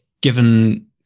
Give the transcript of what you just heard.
given